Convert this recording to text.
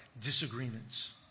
Disagreements